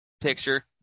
picture